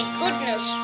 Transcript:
goodness